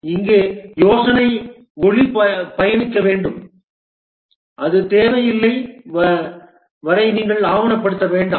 இங்கே யோசனை ஒளி பயணிக்க வேண்டும் அது தேவையில்லை வரை நீங்கள் ஆவணப்படுத்த வேண்டாம்